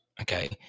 Okay